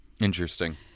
Interesting